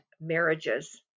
marriages